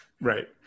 Right